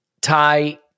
tie